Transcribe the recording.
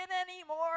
anymore